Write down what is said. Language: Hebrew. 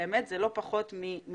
באמת זה לא פחות מהיסטוריה.